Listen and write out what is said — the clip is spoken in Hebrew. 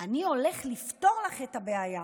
אני הולך לפתור לך את הבעיה,